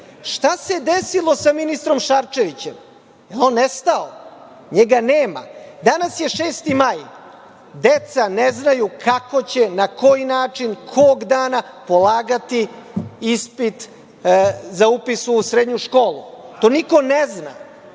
tu? Šta se desilo sa ministrom Šarčevićem? Je li on nestao? Njega nema. Danas je 6. maj, deca ne znaju kako će, na koji način, kog dana polagati ispit za upis u srednju školu. To niko ne zna.